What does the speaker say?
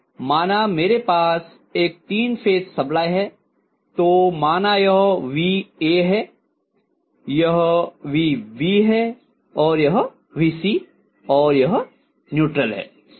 माना मेरे पास एक तीन फेज सप्लाई है तो माना यह vA है यह vB है और यह vC और यह न्यूट्रल है